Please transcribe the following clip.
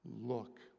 look